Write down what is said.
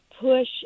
push